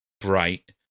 bright